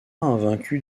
invaincu